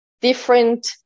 different